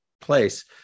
place